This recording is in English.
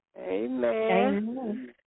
Amen